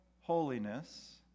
holiness